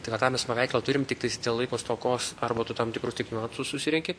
tai va tą mes paveikslą turim tiktais dėl laiko stokos arba tu tam tikrus tik niuansus susirenki